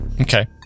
Okay